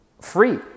free